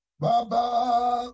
baba